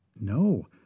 No